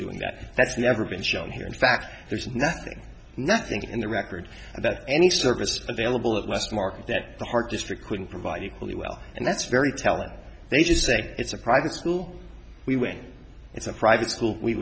doing that that's never been shown here in fact there's nothing nothing in the record that any service available at west market that the park district couldn't provide equally well and that's very telling they just say it's a private school we when it's a private school we